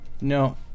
No